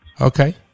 Okay